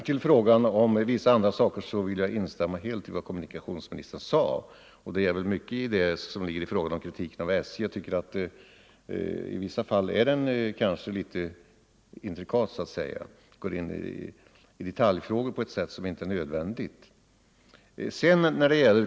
Sedan vill jag helt instämma i vad kommunikationsministern sade om att kritiken av SJ i vissa fall går in på detaljfrågor på ett sätt som inte är nödvändigt.